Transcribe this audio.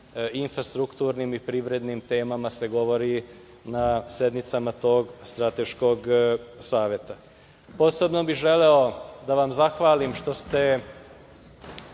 infrastrukturnim i privrednim temama se govori na sednicama tog strateškog saveta. Posebno bih želeo da vam zahvalim što ste